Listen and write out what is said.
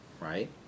right